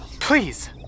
Please